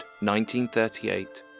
1938